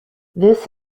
this